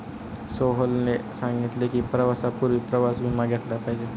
सोहेलने सांगितले की, प्रवासापूर्वी प्रवास विमा घेतला पाहिजे